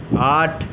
আট